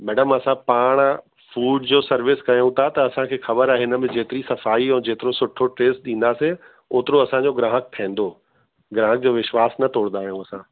madam असां पाण food जो सर्विस कयूं था त असांखे ख़बर आहे हिनमें जेतिरी सफ़ाई ऐं जेतिरो सुठो टेस्ट ॾींदासीं ओतिरो असांजो ग्राहक ठहंदो ग्राहक जो विश्वासु न तोड़दा आहियूं असां